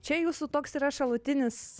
čia jūsų toks yra šalutinis